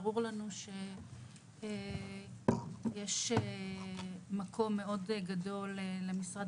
ברור לנו שיש מקום מאוד גדול למשרד